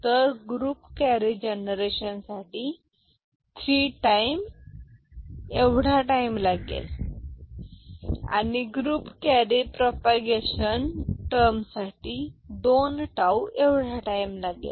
तर group carry generation साठी 3 tau एवढा टाईम लागेल आणि ग्रुप कॅरी प्रोपागेशन टर्मसाठी दोन टाऊ एवढा टाईम लागेल